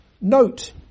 Note